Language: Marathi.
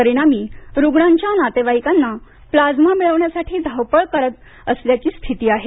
परिणामी रुग्णांच्या नातेवाईकांना प्लाझ्मा मिळविण्यासाठी धावपळ करावी लागत असल्याची स्थिती आहे